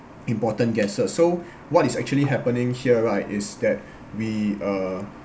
important gases so what is actually happening here right is that we uh